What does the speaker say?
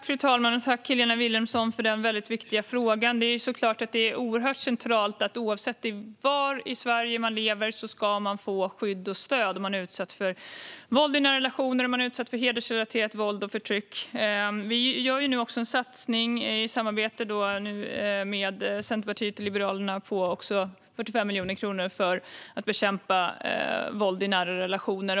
Fru talman! Tack, Helena Vilhelmsson, för den väldigt viktiga frågan! Det är såklart oerhört centralt att oavsett var i Sverige man lever ska man få skydd och stöd om man utsätts för våld i nära relationer eller hedersrelaterat våld och förtryck. Vi gör nu en satsning i samarbete med Centerpartiet och Liberalerna på 45 miljoner kronor för att bekämpa våld i nära relationer.